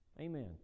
Amen